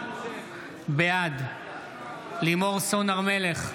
בעד לימור סון הר מלך,